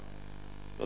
המחאה,